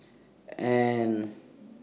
and